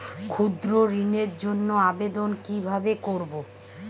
ক্ষুদ্র ঋণের জন্য আবেদন কিভাবে করব?